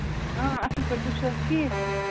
آ اَصٕل پٲٹھۍ تُہۍ چھِو حظ ٹھیٖک